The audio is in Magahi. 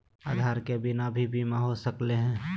आधार के बिना भी बीमा हो सकले है?